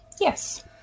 Yes